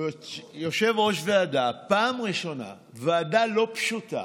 הוא יושב-ראש ועדה פעם ראשונה, ועדה לא פשוטה,